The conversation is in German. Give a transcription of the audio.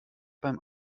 beim